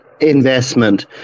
investment